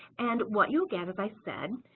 and what you'll get as i said,